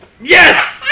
Yes